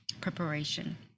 preparation